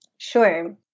Sure